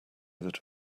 that